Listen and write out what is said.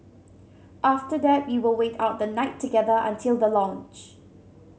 after that we will wait out the night together until the launch